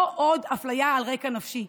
לא עוד אפליה על רקע נפשי.